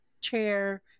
chair